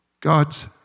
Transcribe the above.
God's